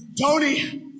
Tony